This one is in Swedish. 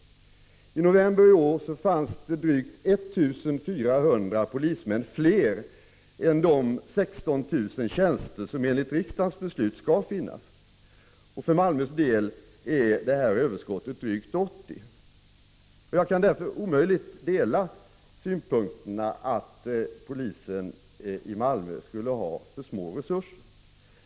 I november i år fanns det drygt 1 400 polismän fler än de 16 000 tjänster som enligt riksdagens beslut skall finnas. För Malmös del är detta överskott drygt 80. Jag kan därför omöjligt hålla med om synpunkterna att polisen i Malmö skulle ha för små resurser.